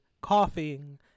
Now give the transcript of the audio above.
coughing